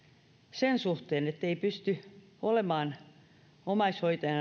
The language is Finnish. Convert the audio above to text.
sen suhteen ettei välttämättä pysty olemaan omaishoitajana